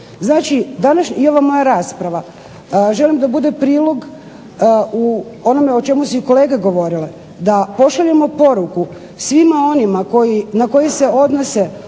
Znači, i ova moja rasprava, želim da bude u prilog i onome o čemu su i kolege govorile, da pošaljemo poruku svima onima na koje se odnose